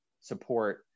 support